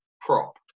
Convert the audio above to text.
prop